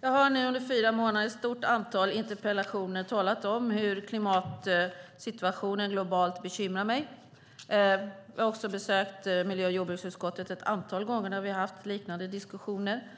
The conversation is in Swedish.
Jag har nu under fyra månader i ett stort antal interpellationsdebatter talat om hur klimatsituationen globalt bekymrar mig. Jag har också besökt miljö och jordbruksutskottet ett antal gånger där vi har haft liknande diskussioner.